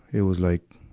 it was like,